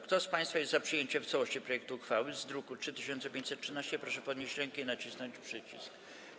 Kto z państwa jest za przyjęciem w całości projektu uchwały z druku nr 3513, proszę podnieść rękę i nacisnąć przycisk.